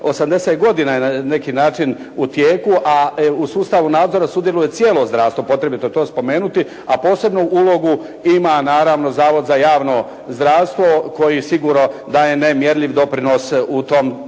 80 godina je na neki način u tijeku, a u sustavu nadzora sudjeluje cijelo zdravstvo. Potrebito je to spomenuti, a posebnu ulogu ima naravno Zavod za javno zdravstvo koji sigurno daje nemjerljiv doprinos u tom dijelu.